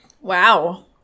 Wow